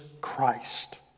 Christ